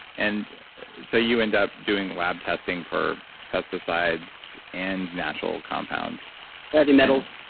and so you end up doing lab testing for pesticides and natural compounds heavy metals,